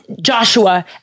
Joshua